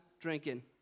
drinking